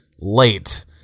late